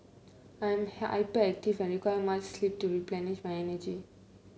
I am hyperactive and require much sleep to replenish my energy